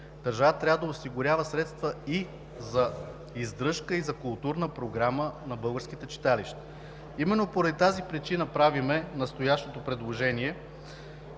Държавата трябва да осигурява средства и за издръжка, и за културна програма на българските читалища. Именно по тази причина правим настоящото предложение.